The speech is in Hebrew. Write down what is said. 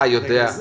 אתה יודע.